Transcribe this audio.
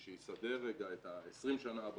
צה"ל שי דרורי רס"ן,